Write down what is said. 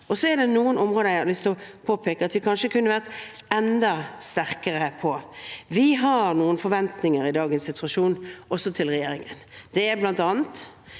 Det er noen områder jeg har lyst til å påpeke at vi kanskje kunne vært enda sterkere på. Vi har noen forventninger i dagens situasjon, også til regjeringen. Det er bl.a. at